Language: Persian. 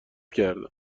کردم